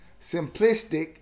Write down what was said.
simplistic